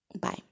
Bye